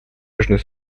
южный